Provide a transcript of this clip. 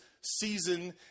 season